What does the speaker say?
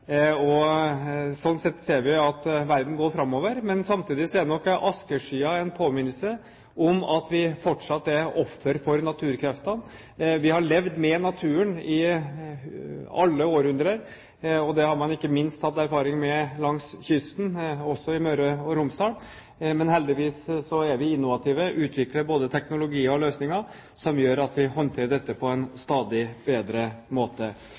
alle. Sånn sett ser vi at verden går framover, men samtidig er nok askeskyen en påminnelse om at vi fortsatt er offer for naturkreftene. Vi har levd med naturen i alle århundrer, og det har man ikke minst hatt erfaring med langs kysten – også i Møre og Romsdal – men heldigvis er vi innovative. Vi utvikler både teknologier og løsninger som gjør at vi håndterer dette på en stadig bedre måte.